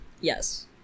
Yes